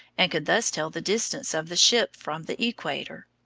and could thus tell the distance of the ship from the equator.